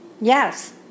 Yes